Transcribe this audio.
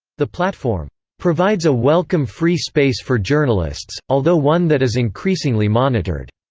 the platform provides a welcome free space for journalists, although one that is increasingly monitored,